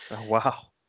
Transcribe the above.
Wow